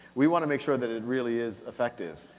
we wanna make sure that it really is effective.